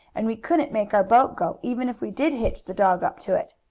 and we couldn't make our boat go, even if we did hitch the dog up to it.